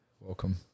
welcome